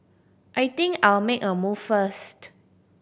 I think I'll make a move first